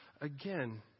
again